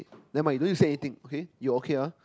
never mind you don't need to say anything okay you okay ah